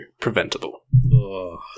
preventable